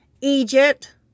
Egypt